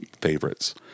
favorites